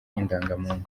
indangamuntu